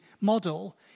model